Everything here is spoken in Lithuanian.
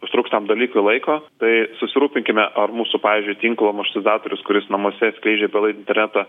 užtruks tam dalykui laiko tai susirūpinkime ar mūsų pavyzdžiui tinklo maršrutizatorius kuris namuose skleidžia belaidį internetą